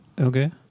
Okay